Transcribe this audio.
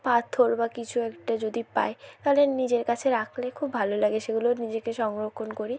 পাথর বা কিছু একটা যদি পাই তাহলে নিজের কাছে রাখলে খুব ভালো লাগে সেইগুলোর নিজেকে সংরক্ষণ করি